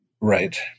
right